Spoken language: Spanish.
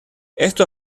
esto